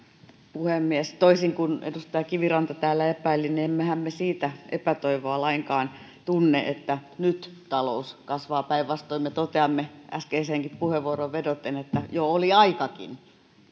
puhemies toisin kuin edustaja kiviranta täällä epäili emmehän me siitä epätoivoa lainkaan tunne että nyt talous kasvaa päinvastoin me toteamme äskeiseenkin puheenvuoroon vedoten että jo oli aikakin